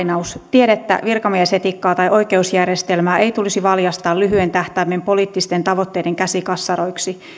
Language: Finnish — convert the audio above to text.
tiedettä virkamiesetiikkaa tai oikeusjärjestelmää ei tulisi valjastaa lyhyen tähtäimen poliittisten tavoitteiden käsikassaroiksi